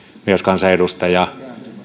mieskansanedustajaa